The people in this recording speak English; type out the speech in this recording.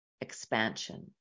expansion